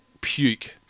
puke